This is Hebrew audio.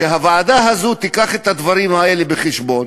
הוועדה הזאת תביא את הדברים האלה בחשבון.